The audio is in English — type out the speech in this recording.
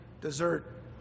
dessert